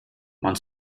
man